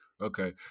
Okay